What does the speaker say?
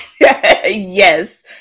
Yes